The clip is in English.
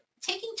taking